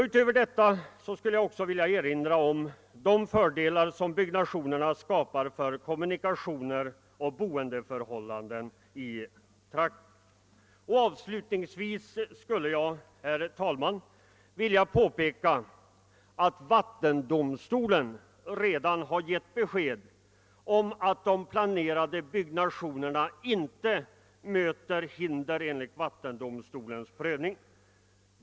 Utöver detta skulle jag också vilja erinra om de fördelar som byggnationerna skapar för kommunikationer och boendeförhållanden i trakten. Avslutningsvis skulle jag, herr talman, vilja påpeka att vattensomstolen redan har givit besked om att de planerade byggnationerna inte möter hinder enligt vat tendomstolens prövning.